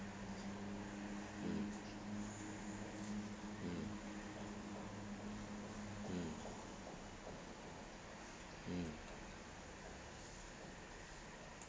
mm mm mm mm